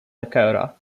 dakota